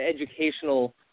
educational